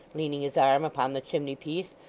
leaning his arm upon the chimney-piece,